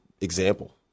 example